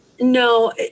No